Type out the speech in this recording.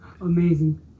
amazing